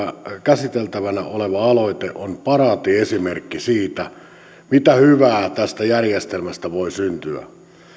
käsiteltävänä oleva aloite on paraatiesimerkki siitä mitä hyvää tästä järjestelmästä voi syntyä